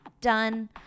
Done